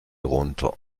runter